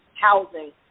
housing